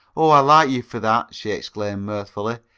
oh, i like you for that she exclaimed mirthfully.